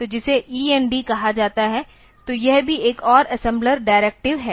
तो जिसे END कहा जाता है तो यह भी एक और असेम्बलर डायरेक्टिव है